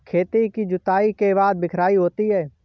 खेती की जुताई के बाद बख्राई होती हैं?